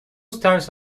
stars